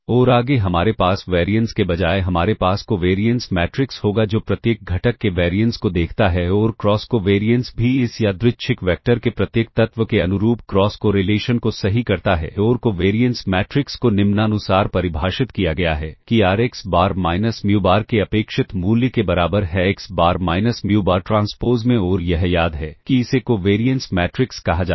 और आगे हमारे पास वैरिएंस के बजाय हमारे पास कोवेरिएंस मैट्रिक्स होगा जो प्रत्येक घटक के वैरिएंस को देखता है और क्रॉस कोवेरिएंस भी इस यादृच्छिक वेक्टर के प्रत्येक तत्व के अनुरूप क्रॉस कोरेलेशन को सही करता है और कोवेरिएंस मैट्रिक्स को निम्नानुसार परिभाषित किया गया है कि R x bar minus mu bar के अपेक्षित मूल्य के बराबर है x bar minus mu bar transpose में और यह याद है कि इसे कोवेरिएंस मैट्रिक्स कहा जाता है